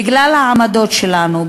בגלל העמדות שלנו,